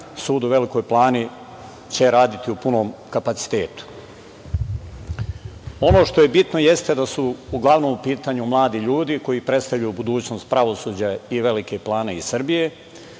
sud u Velikoj Plani će raditi u punom kapacitetu. Ono što je bitno jeste da su uglavnom u pitanju mladi ljudi koji predstavljaju budućnost pravosuđa i Velike Plane i Srbije.